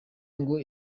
ngo